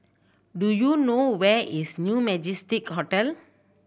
do you know where is New Majestic Hotel